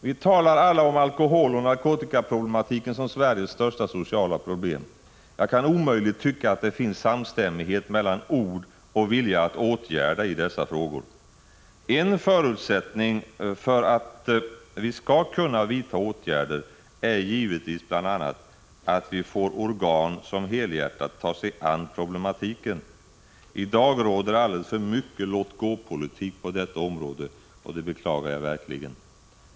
Vi talar alla om alkoholoch narkotikaproblematiken som Sveriges största sociala problem. Jag kan omöjligt tycka att det i dessa frågor finns samstämmighet mellan ord och vilja att åtgärda. En förutsättning för att vi skall kunna vidta åtgärder är givetvis bl.a. att vi får organ som helhjärtat tar sig an problematiken. I dag råder alldeles för mycket låt-gå-politik på detta område, och det beklagar jag verkligen.